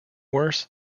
worse